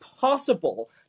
possible